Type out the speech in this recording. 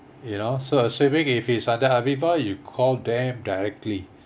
you know so assuming if it's under aviva you call them directly